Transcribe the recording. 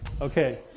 Okay